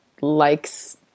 likes